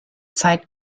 zeit